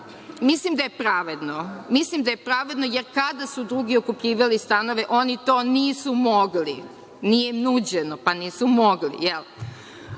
mislim da je pravedno jer kada su drugi otkupljivali stanove oni to nisu mogli, nije nuđeno, pa nisu mogli.I